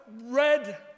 red